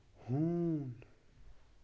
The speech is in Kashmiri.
ہوٗن